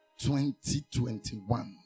2021